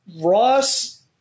Ross